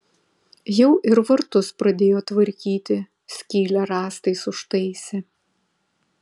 jau ir vartus pradėjo tvarkyti skylę rąstais užtaisė